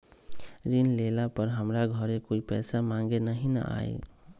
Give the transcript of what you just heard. ऋण लेला पर हमरा घरे कोई पैसा मांगे नहीं न आई?